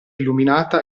illuminata